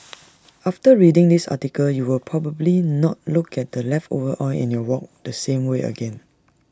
after reading this article you will probably not look at the leftover oil in your wok the same way again